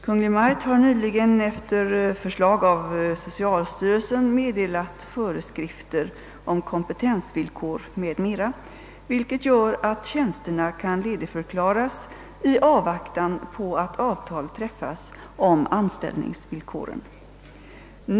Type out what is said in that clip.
Kungl. Maj:t har nyligen efter förslag av socialstyrelsen meddelat föreskrifter om kompetensvillkor m.m., vilket gör att tjänsterna kan ledigförklaras i avvaktan på att avtal träffas om anställningsvillkoren.